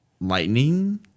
lightning